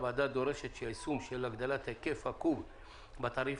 הוועדה דורשת שהיישום של הגדלת היקף הקוב בתעריף